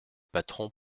patron